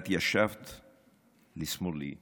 את ישבת משמאלי,